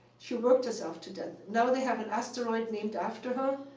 she worked herself to death. now they have an asteroid named after her.